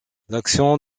l’action